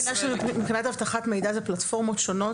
מבינה שמבחינת אבטחת מידע זה פלטפורמות שונות.